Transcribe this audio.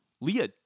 Leah